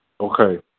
Okay